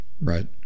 right